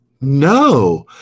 No